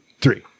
three